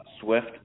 Swift